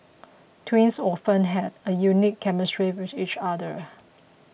twins often have a unique chemistry with each other